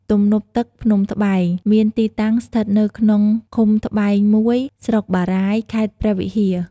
ទំនប់ទឹកភ្នំត្បែង មានទីតាំងស្ថិតនៅក្នុង ឃុំត្បែង ១ ស្រុកបារាយណ៍ ខេត្តព្រះវិហារ។